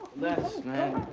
les, man.